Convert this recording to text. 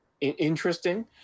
interesting